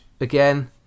again